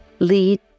Lead